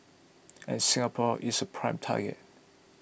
and Singapore is a prime target